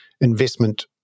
investment